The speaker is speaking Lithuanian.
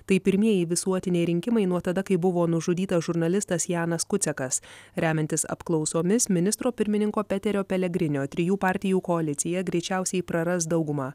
tai pirmieji visuotiniai rinkimai nuo tada kai buvo nužudytas žurnalistas janas kucekas remiantis apklausomis ministro pirmininko peterio pelegrinio trijų partijų koalicija greičiausiai praras daugumą